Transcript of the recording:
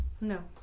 No